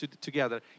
together